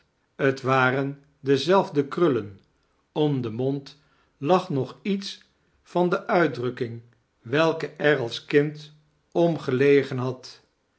t waren dezelfde krullen om den mond lag nog iets van de udtdriikking welke er als kind om gelegen had